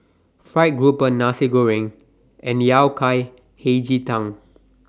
Fried Grouper Nasi Goreng and Yao Cai Hei Ji Tang